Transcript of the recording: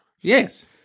Yes